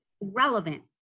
relevant